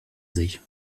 sich